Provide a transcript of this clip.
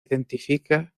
identifica